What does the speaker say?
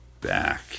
back